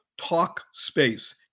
Talkspace